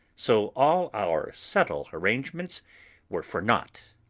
so all our subtle arrangements were for nought.